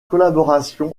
collaboration